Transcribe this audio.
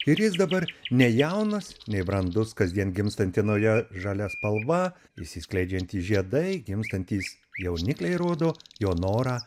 ir jis dabar nejaunas nei brandus kasdien gimstanti nauja žalia spalva išsiskleidžiantys žiedai gimstantys jaunikliai rodo jo norą